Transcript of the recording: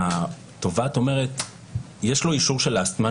התובעת אומרת: יש לו אישור של אסתמה,